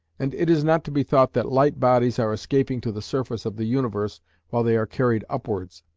and it is not to be thought that light bodies are escaping to the surface of the universe while they are carried upwards,